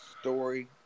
story